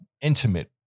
intimate